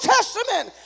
Testament